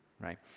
right